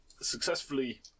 successfully